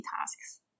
tasks